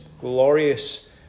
glorious